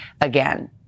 again